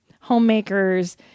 homemakers